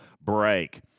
break